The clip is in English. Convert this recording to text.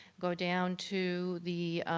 go down to the